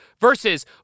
versus